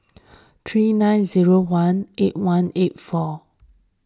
three nine zero one eight one eight four